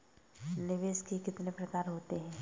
निवेश के कितने प्रकार होते हैं?